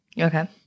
Okay